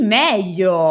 meglio